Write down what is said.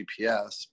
GPS